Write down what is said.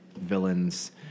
Villains